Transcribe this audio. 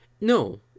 No